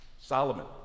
Solomon